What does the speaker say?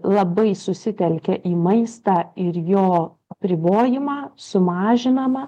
labai susitelkia į maistą ir jo ribojimą sumažinama